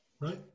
Right